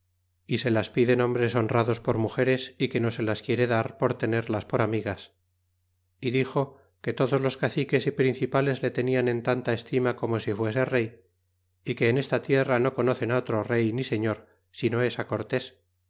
y se las piden hombres honrados por mugeres y que no se las quiere lar por tenerlas por amigas y dixo que todos los caciques y principales le tenian en tanta estima como si fuese rey y que en esta tierra no conocen otro rey ni señor sino es cortés